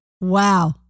Wow